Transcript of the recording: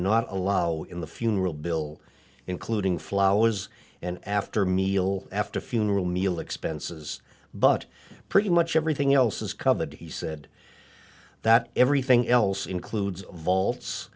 not allow in the funeral bill including flowers and after meal after funeral meal expenses but pretty much everything else is covered he said that everything else includes